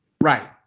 Right